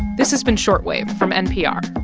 this has been short wave from npr.